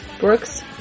Brooks